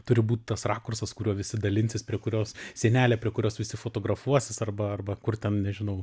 turi būt tas rakursas kuriuo visi dalinsis prie kurios sienelė prie kurios visi fotografuosis arba arba kur ten nežinau